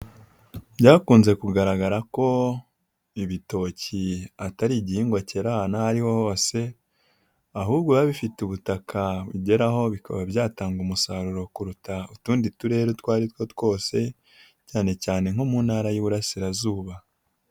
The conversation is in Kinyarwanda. Byakunze kugaragara ko ibitoki atari igihingwa kera ahantu aho ari ho hose, ahubwo biba bifite ubutaka bigeraho bikaba byatanga umusaruro kuruta utundi turere utwo ari two twose cyane cyane nko mu Ntara y'Iburasirazuba.